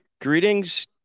greetings